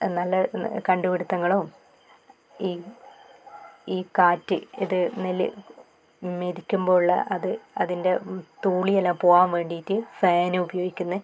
എന്നാൽ കണ്ടുപിടിത്തങ്ങളും ഈ ഈ കാറ്റ് ഇത് നെല്ല് മെതിക്കുമ്പോൾ ഉള്ള അത് അതിന്റെ തൂളി എല്ലാം പോകാൻ വേണ്ടിയിട്ട് ഫാൻ ഉപയോഗിക്കുന്നത്